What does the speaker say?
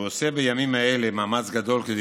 והוא עושה בימים אלה מאמץ גדול כדי